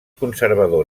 conservador